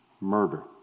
murder